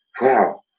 Wow